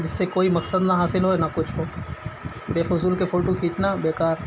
جس سے کوئی مقصد نہ حاصل ہو نہ کچھ ہو بےفضول کے فوٹو کھینچنا بیکار